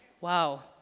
Wow